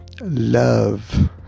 love